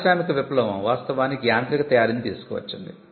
పారిశ్రామిక విప్లవం వాస్తవానికి యాంత్రిక తయారీని తీసుకు వచ్చింది